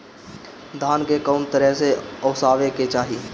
धान के कउन तरह से ओसावे के चाही?